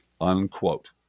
Unquote